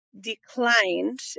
declined